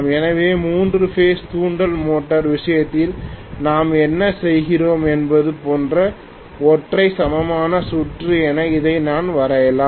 எனவே மூன்று பேஸ் தூண்டல் மோட்டார் விஷயத்தில் நாம் என்ன செய்கிறோம் என்பது போன்ற ஒற்றை சமமான சுற்று என இதை நான் வரையலாம்